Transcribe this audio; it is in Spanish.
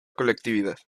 colectividad